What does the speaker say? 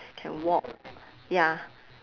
can walk ya